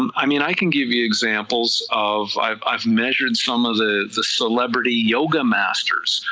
um i mean i can give you examples of, i've i've measured some of the the celebrity yoga masters,